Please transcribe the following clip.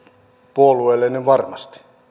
puolueellinen varmasti